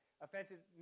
offenses